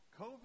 COVID